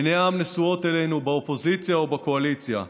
עיני העם נשואות אלינו, באופוזיציה או בקואליציה.